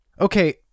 Okay